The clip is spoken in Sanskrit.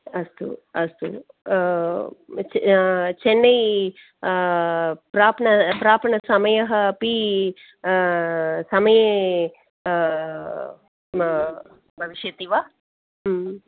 अस्तु अस्तु च चन्नै प्रापण प्रापणसमयः अपि समये भविष्यति वा